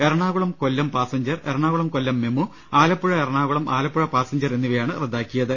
Ernakulam Kollam passenger Ernakulam Kollam MEMU Alappuzha Ernakulam Alappuzha passenger എന്നി വയാണ് റദ്ദാക്കിയത്